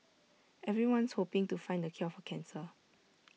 everyone's hoping to find the cure for cancer